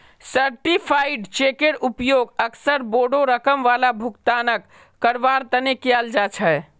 certified चेकेर उपयोग अक्सर बोडो रकम वाला भुगतानक करवार तने कियाल जा छे